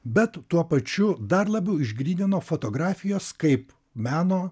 bet tuo pačiu dar labiau išgrynino fotografijos kaip meno